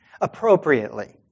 appropriately